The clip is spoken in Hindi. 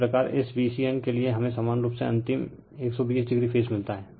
इसी प्रकार इस Vcn के लिए हमें समान रूप से अंतिम 120o फेज मिलता है